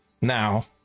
now